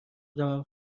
خودمم